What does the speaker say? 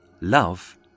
love